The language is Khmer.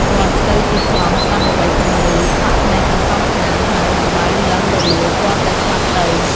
គាត់ទៅជាថ្លង់ស្តាប់អ្វីពុំឮ ខ្វាក់ភ្នែកទាំងសងខាង ហើយដំបៅលិង្គរលួយទាល់តែស្លាប់ទៅ។